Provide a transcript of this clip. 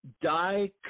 die